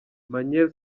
magnell